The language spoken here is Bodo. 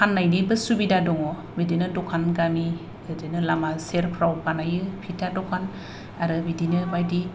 फाननायनिबो सुबिदा दङ बिदिनो दखान गामि लामा सेरफ्राव बानायो फिथा दखान आरो बिदिनो बायदि